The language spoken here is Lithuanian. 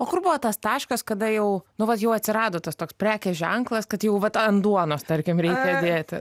o kur buvo tas taškas kada jau nu vat jau atsirado tas toks prekės ženklas kad jau vat ant duonos tarkim reikia dėti